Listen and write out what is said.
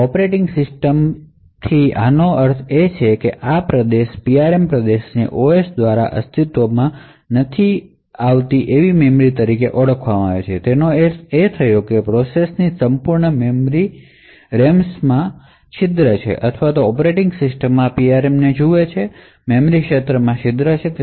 operating સિસ્ટમમાટે આનો અર્થ શું છે તે છે કે આ PRM પ્રદેશને OS દ્વારા અસ્તિત્વમાં નથી તેવી મેમરી તરીકે ઓળખવામાં આવે છે તેનો અર્થ એ છે કે પ્રોસેસરની સંપૂર્ણ મેમરી રેમ્સમાં હોલ છે અથવા ઑપરેટિંગ સિસ્ટમ આ PRM ને મેમરી ક્ષેત્રમાં હોલ તરીકે જુએ છે